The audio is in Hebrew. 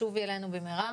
שובי אלינו במהרה.